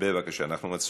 אנחנו מצביעים.